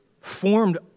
formed